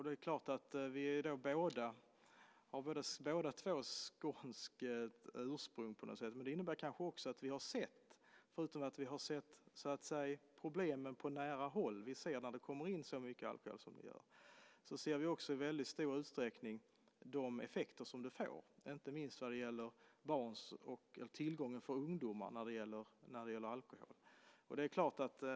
Det är klart att det att vi båda två är av skånskt ursprung kanske också innebär att vi, förutom att vi har sett problemen på nära håll när det kommer in så mycket alkohol som det gör, också i väldigt stor utsträckning ser de effekter som det får, inte minst vad gäller tillgången på alkohol för ungdomar.